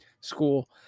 school